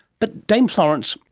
but dame florence,